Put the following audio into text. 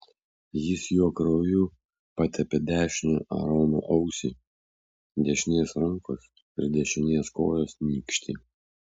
jis jo krauju patepė dešinę aarono ausį dešinės rankos ir dešinės kojos nykštį